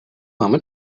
mamy